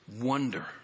wonder